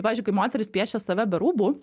pavyzdžiui kai moterys piešia save be rūbų